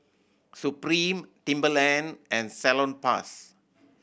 Supreme Timberland and Salonpas